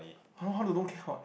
how how to don't care